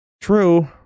true